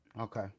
okay